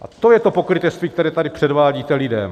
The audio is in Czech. A to je to pokrytectví, které tady předvádíte lidem.